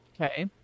Okay